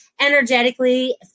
energetically